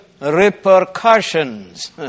repercussions